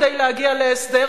כדי להגיע להסדר,